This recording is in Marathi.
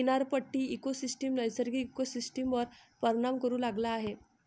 किनारपट्टी इकोसिस्टम नैसर्गिक इकोसिस्टमवर परिणाम करू लागला आहे